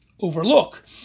overlook